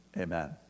Amen